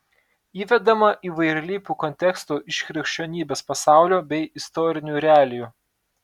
įvedama įvairialypių kontekstų iš krikščionybės pasaulio bei istorinių realijų